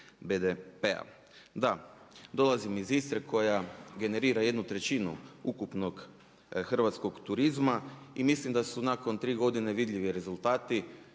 BDP-a. Da, dolazim iz Istre koja generira jednu trećinu ukupnog hrvatskog turizma i mislim da su nakon tri godine vidljivi rezultati,